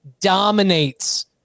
dominates